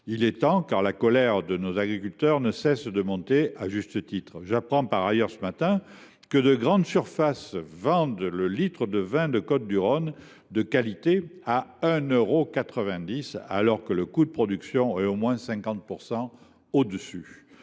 Il était temps, car la colère de nos agriculteurs ne cesse, à juste titre, de monter ! J’apprends par ailleurs ce matin que de grandes surfaces vendent le litre de vin de côtes du rhône de qualité à 1,90 euro, alors que son coût de production est au moins 50 % plus